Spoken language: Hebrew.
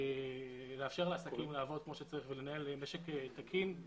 לאפשר לעסקים לעבוד כמו שצריך ולנהל משק תקין,